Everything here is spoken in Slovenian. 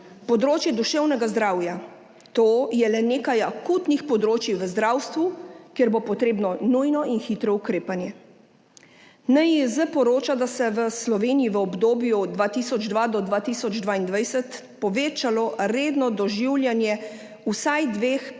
področje duševnega zdravja. To je le nekaj akutnih področij v zdravstvu, kjer bo potrebno nujno in hitro ukrepanje. NIJZ poroča, da se je v Sloveniji v obdobju od 2002 do 2022 povečalo redno doživljanje vsaj dveh